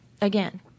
again